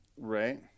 right